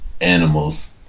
animals